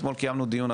אתמול קיימנו דיון,